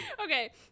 Okay